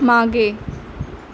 मागे